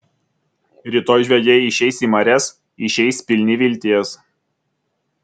rytoj žvejai išeis į marias išeis pilni vilties